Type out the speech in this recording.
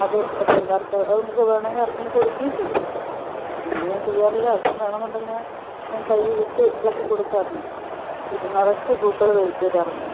അത് അത് എല്ലാവർക്കും അത് നമുക്ക് വേണമെങ്കിൽ ആർക്കെങ്കിലും കൊടുക്കേം ചെയ്യാം അങ്ങനെ ഞാൻ ചെയ്യാറില്ല ആർക്കെങ്കിലും വേണോന്നുണ്ടെങ്കിൽ ഞാൻ തൈ വിത്ത് ഇളക്കി കൊടുക്കാറുണ്ട് വീട് നിറച്ച് പൂക്കൾ വരാറുണ്ട്